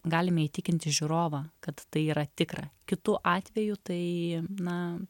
galime įtikinti žiūrovą kad tai yra tikra kitu atveju tai na